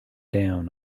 down